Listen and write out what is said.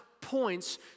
points